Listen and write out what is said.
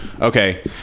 Okay